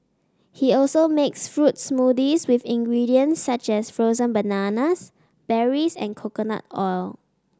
he also makes fruits smoothies with ingredients such as frozen bananas berries and coconut oil